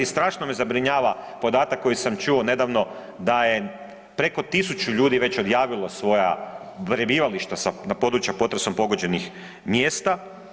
Strašno me zabrinjava podatak koji sam čuo nedavno da je preko 1000 ljudi već odjavilo svoja prebivališta na području potresom pogođenih mjesta.